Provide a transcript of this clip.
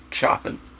Chopping